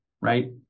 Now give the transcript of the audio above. right